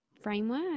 framework